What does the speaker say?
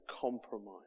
compromise